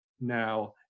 Now